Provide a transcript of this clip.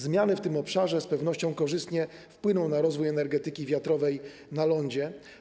Zmiany w tym obszarze z pewnością korzystnie wpłyną na rozwój energetyki wiatrowej na lądzie.